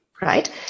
right